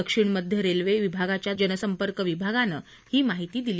दक्षिण मध्य रेल्वे विभागाच्या जनसंपर्क विभागानं ही माहिती दिली